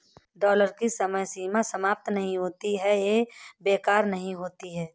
dollar की समय सीमा समाप्त नहीं होती है या बेकार नहीं होती है